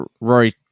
rory